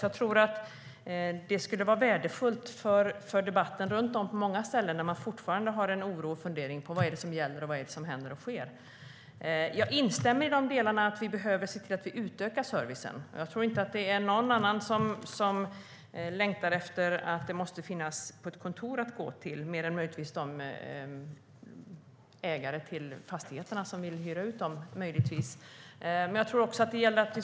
Jag tror att det skulle vara värdefullt för debatten på många ställen i landet där man fortfarande är orolig och funderar på vad som sker. Jag instämmer i att vi behöver utöka servicen. Jag tror inte att det är någon som längtar efter att det måste finnas kontor att gå till utom möjligen fastighetsägare som vill hyra ut kontorslokaler.